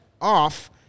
off